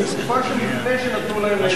הוא מהתקופה שלפני שנתנו להם לנהל את,